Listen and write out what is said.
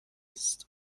است